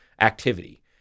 activity